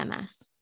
MS